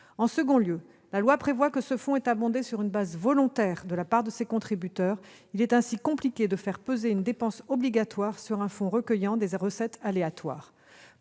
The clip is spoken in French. En second lieu, la loi prévoit que ce fonds est alimenté sur une base volontaire de la part de ses contributeurs. Il est dès lors compliqué de faire peser une dépense obligatoire sur un fonds recueillant des recettes aléatoires.